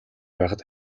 байхад